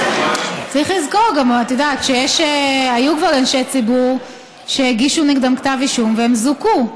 צריך לזכור שהיו כבר אנשי ציבור שהגישו נגדם כתב אישום והם זוכו.